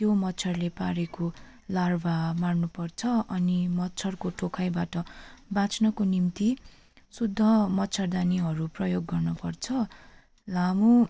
त्यो मच्छरले पारेको लार्भा मार्नुपर्छ अनि मच्छरको टोकाइबाट बाँच्नको निम्ति शुद्ध मच्छरदानीहरू प्रयोग गर्नपर्छ लामो